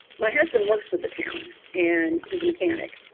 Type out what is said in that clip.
my husband works for the town and he's a mechanic.